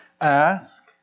ask